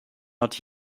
not